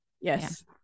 Yes